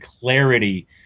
clarity